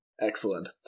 Excellent